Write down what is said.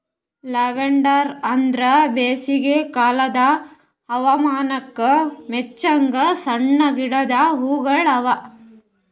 oleander ಅಂದುರ್ ಬೇಸಿಗೆ ಕಾಲದ್ ಹವಾಮಾನಕ್ ಮೆಚ್ಚಂಗ್ ಸಣ್ಣ ಗಿಡದ್ ಹೂಗೊಳ್ ಅವಾ